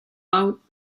out